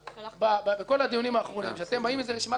בכל הדיונים האחרונים רשימת מכולת,